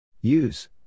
Use